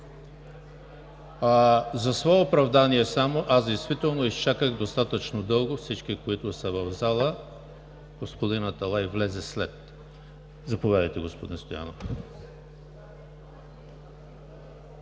За свое оправдание само – аз действително изчаках достатъчно дълго всички, които са в залата. Господин Аталай влезе след това. Заповядайте, господин Стоянов.